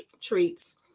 treats